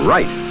Right